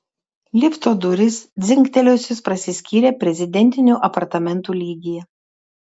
lifto durys dzingtelėjusios prasiskyrė prezidentinių apartamentų lygyje